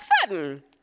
sudden